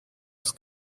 ist